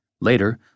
Later